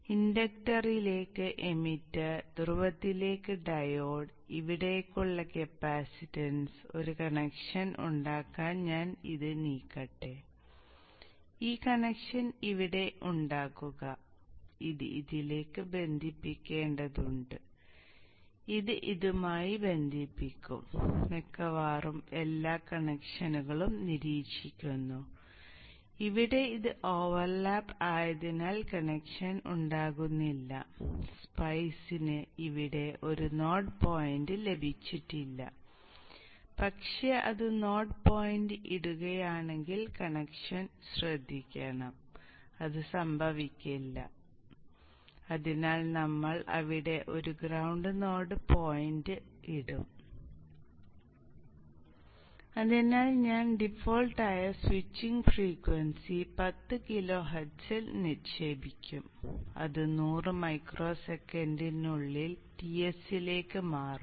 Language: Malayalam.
ഇൻഡക്ടറിലേക്ക് എമിറ്റർ ധ്രുവത്തിലേക്കുള്ള ഡയോഡ് ഇവിടേക്കുള്ള കപ്പാസിറ്റൻസ് 10 kHz ൽ നിക്ഷേപിക്കും അത് 100 മൈക്രോ സെക്കൻഡിനുള്ളിൽ Ts ലേക്ക് മാറും